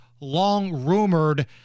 long-rumored